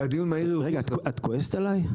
את כועסת עליי?